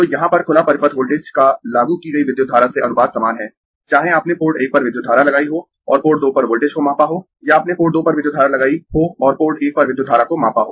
तो यहां पर खुला परिपथ वोल्टेज का लागू की गयी विद्युत धारा से अनुपात समान है चाहे आपने पोर्ट एक पर विद्युत धारा लगाई हो और पोर्ट दो पर वोल्टेज को मापा हो या आपने पोर्ट दो पर विद्युत धारा लगाई हो और पोर्ट एक पर विद्युत धारा को मापा हो